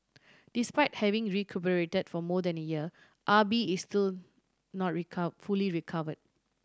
despite having recuperated for more than a year Ah Bi is still not fully recover